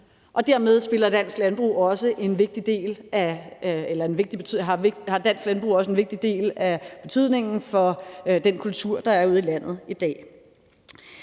dermed har dansk landbrug også en vigtig betydning for den kultur, der er ude i landet i dag.